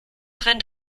rennt